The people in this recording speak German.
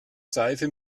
seife